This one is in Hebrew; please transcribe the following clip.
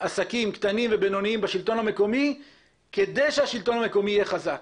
עסקים קטנים ובינוניים בשלטון המקומי כדי שהשלטון המקומי יהיה חזק.